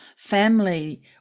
family